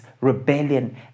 rebellion